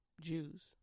Jews